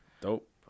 Dope